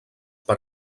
per